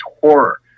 horror